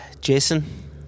Jason